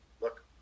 look